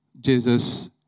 Jesus